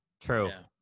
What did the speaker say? True